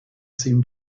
seem